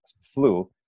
flu